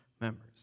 members